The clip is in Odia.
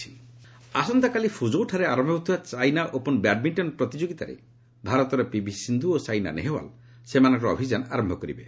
ଚାଇନା ଓପନ୍ ଆସନ୍ତାକାଲି ଫ୍ରକୌଠାରେ ଆରନ୍ଭ ହେଉଥିବା ଚାଇନା ଓପନ୍ ବ୍ୟାଡ୍ମିଣ୍ଟନ ପ୍ରତିଯୋଗୀତାରେ ଭାରତର ପିଭି ସିନ୍ଧୁ ଓ ସାଇନା ନେହେୱାଲ୍ ସେମାନଙ୍କର ଅଭିଯାନ ଆରମ୍ଭ କରିବେ